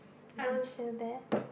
you can chill there